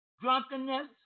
drunkenness